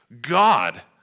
God